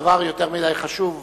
הדבר יותר מדי חשוב.